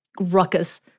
ruckus